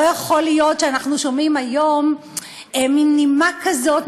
לא יכול להיות שאנחנו שומעים היום מין נימה כזאת,